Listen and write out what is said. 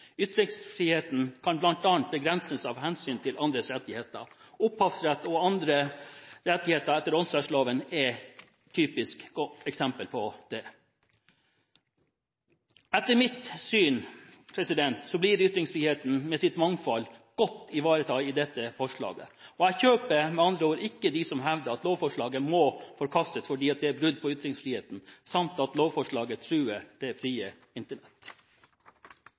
på det. Etter mitt syn blir ytringsfriheten med sitt mangfold godt ivaretatt i dette forslaget. Jeg kjøper med andre ord ikke argumentasjon til dem som hevder at lovforslaget må forkastes fordi det er et brudd på ytringsfriheten, samt at lovforslaget truer det frie Internett.